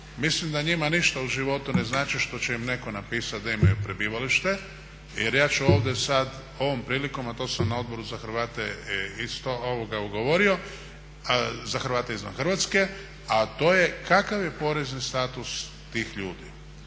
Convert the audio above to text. mislim da njima ništa u životu ne znači što će im netko napisati da imaju prebivalište. Jer ja ću ovdje sada ovom prilikom a to sam na Odboru za Hrvate isto govorio, za Hrvate izvan Hrvatske a to je kakav je porezni status tih ljudi.